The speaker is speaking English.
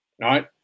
right